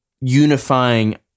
unifying